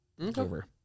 over